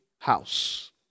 house